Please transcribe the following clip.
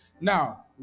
Now